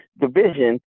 division